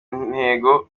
intego